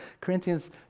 Corinthians